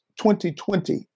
2020